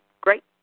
great